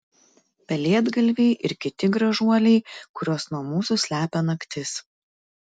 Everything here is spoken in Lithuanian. pelėdgalviai ir kiti gražuoliai kuriuos nuo mūsų slepia naktis